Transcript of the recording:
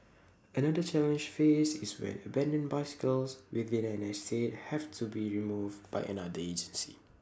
another challenge faced is when abandoned bicycles within an estate have to be removed by another agency